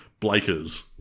Blakers